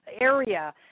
area